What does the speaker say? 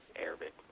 Arabic